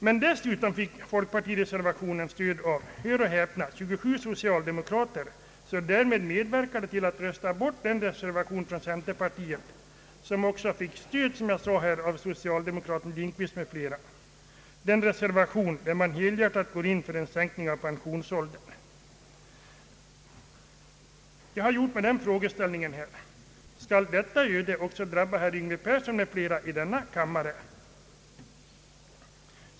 Men dessutom fick folkpartireservationen stöd av — hör och häpna — 27 socialdemokrater, som därmed medverkade till att rösta bort den reservation från centerpartiet, som fått stöd också av socialdemokraten herr Lindkvist m.fl., den reservation där man helhjärtat går in för en sänkning av pensionsåldern. Man frågar sig om detta öde också skall drabba herr Yngve Persson i denna kammare.